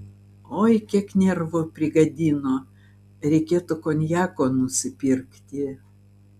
oi kiek nervų prigadino reikėtų konjako nusipirkti